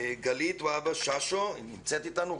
גלית והבה-שאשו נמצאת איתנו?